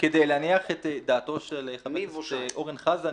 כדי להניח את דעתו של חבר הכנסת אורן חזן,